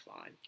fine